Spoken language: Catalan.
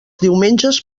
diumenges